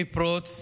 מפרוץ